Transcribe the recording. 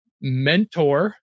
Mentor